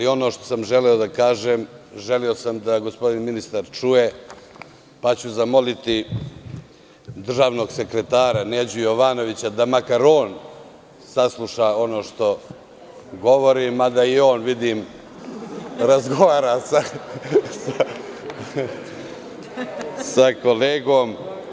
Ono što sam želeo da kažem želeo sam da gospodin ministar čuje, pa ću zamoliti državnog sekretara, Neđu Jovanovića, da makar on sasluša ono što govorim, mada i on, vidim, razgovara sa kolegom.